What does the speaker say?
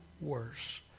worse